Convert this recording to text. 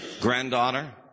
granddaughter